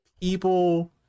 people